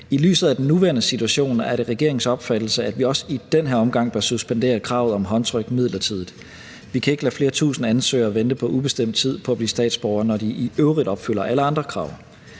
I lyset af den nuværende situation er det regeringens opfattelse, at vi også i den her omgang bør suspendere kravet om håndtryk midlertidigt. Vi kan ikke lade flere tusind ansøgere vente på ubestemt tid på at blive statsborgere, når de i øvrigt opfylder alle andre krav.